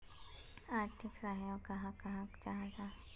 आर्थिक सहयोग कहाक कहाल जाहा जाहा?